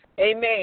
Amen